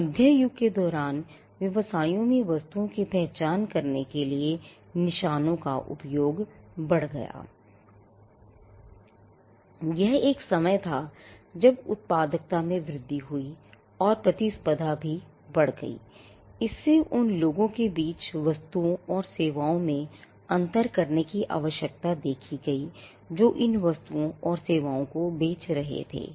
मध्य युग के दौरान व्यवसायों में वस्तुओं की पहचान करने के लिए निशानों का उपयोग बढ़ गया I यह एक समय था जब उत्पादकता में वृद्धि हुई और प्रतिस्पर्धा भी बढ़ गई और इससे उन लोगों के बीच वस्तुओं और सेवाओं में अंतर करने की आवश्यकता देखी गई जो इन वस्तुओं और सेवाओं को बेच रहे थे